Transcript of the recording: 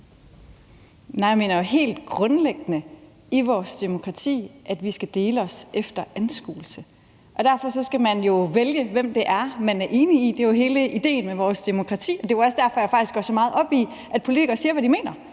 Nej, men det er jo noget helt grundlæggende i vores demokrati, at vi skal dele os efter anskuelse, og derfor skal man jo vælge, hvem det er, man er enig med. Det er jo hele idéen med vores demokrati. Det er jo også derfor, at jeg faktisk går så meget op i, at politikere siger, hvad de mener,